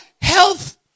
health